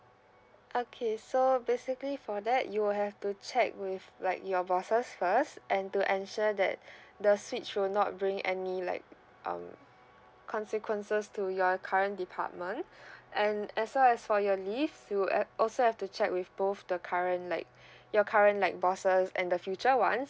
okay so basically for that you will have to check with like your bosses first and to ensure that the switch will not bring any like um consequences to your current department and as well as for your leave you a~ also have to check with both the current like your current like bosses and the future [one]